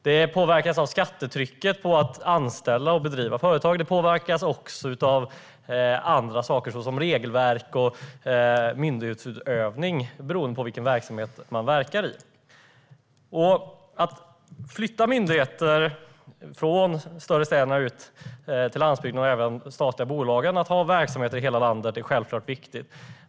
De påverkas av skattetrycket på att anställa och driva företag. De påverkas också av andra saker såsom regelverk och myndighetsutövning beroende på vilken verksamhet de bedriver. Att flytta myndigheter från de större städerna och ut till landsbygden och även att de statliga bolagen har verksamheter i hela landet är självklart viktigt.